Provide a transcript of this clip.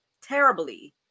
terribly